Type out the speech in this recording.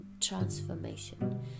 transformation